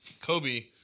Kobe